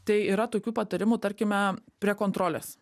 tai yra tokių patarimų tarkime prie kontrolės